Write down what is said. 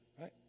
Right